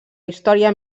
història